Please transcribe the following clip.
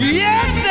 yes